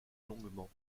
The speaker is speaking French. longuement